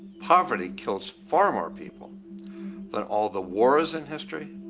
poverty kills far more people than all the wars in history,